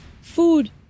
Food